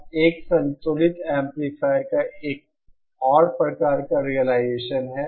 अब एक संतुलित एम्पलीफायर का एक और प्रकार का रिलाइजेशन है